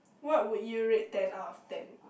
what would you rate ten out of ten